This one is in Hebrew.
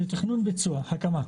לתכנון וביצוע הקמה.